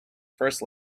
first